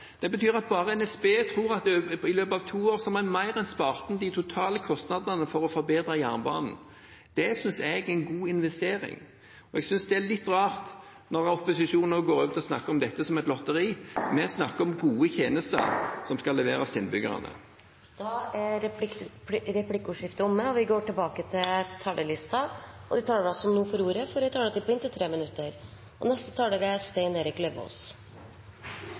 Det betyr at NSB tror at i løpet av to år har vi mer enn spart inn de totale kostnadene for å forbedre jernbanen. Det synes jeg er en god investering. Jeg synes det er litt rart når opposisjonen nå går rundt og snakker om dette som et lotteri. Vi snakker om gode tjenester som skal leveres til innbyggerne. Replikkordskiftet er omme. De talere som heretter får ordet, har en taletid på inntil 3 minutter.